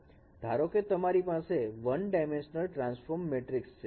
ધારોકે તમારી પાસે 1 ડાયમેન્શનલ ટ્રાન્સફોર્મ મેટ્રિકસ છે